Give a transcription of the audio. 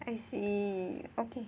I see okay